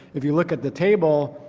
if you look at the table,